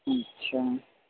अच्छा